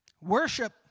Worship